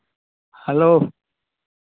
hello